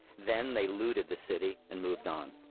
then they looted the city and moved on.